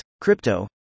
crypto